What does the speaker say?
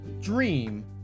dream